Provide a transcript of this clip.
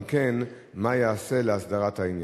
2. אם כן, מה ייעשה להסדרת העניין?